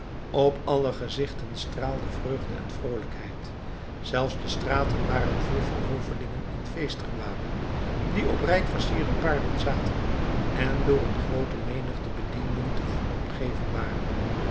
op alle gezichten straalde vreugde en vroolijkheid zelfs de straten waren vol van hovelingen in feestgewaden die op rijk versierde paarden zaten en door een groote menigte bedienden te voet omgeven waren